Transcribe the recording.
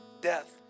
death